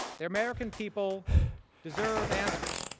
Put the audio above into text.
the american people deserve answers.